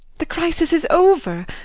the crisis is over.